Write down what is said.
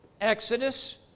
Exodus